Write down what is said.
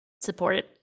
support